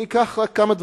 אני אקח רק כמה דברים,